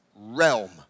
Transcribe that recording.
realm